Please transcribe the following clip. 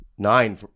Nine